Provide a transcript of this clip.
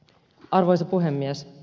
arvoisa puhemies